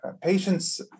patients